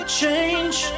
change